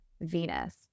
venus